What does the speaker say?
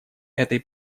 этой